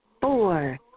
Four